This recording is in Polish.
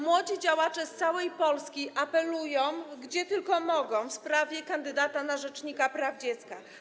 Młodzi działacze z całej Polski apelują, gdzie tylko mogą, w sprawie kandydata na rzecznika praw dziecka.